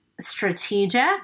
strategic